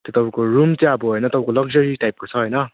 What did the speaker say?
त्यो तपाईँको रुम चाहिँ अब हैन तपाईँको लक्जरी टाइपको छ हैन